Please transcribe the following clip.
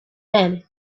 man